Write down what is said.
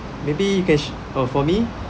maybe you can s~ oh for me